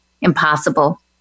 impossible